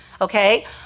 okay